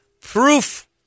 proof